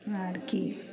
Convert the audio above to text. आर की